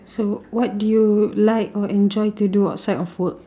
so what do you like or enjoy to do outside of work